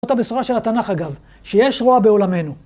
אותה בשורה של התנ״ך, אגב, שיש רוע בעולמנו.